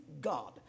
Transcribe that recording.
God